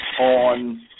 on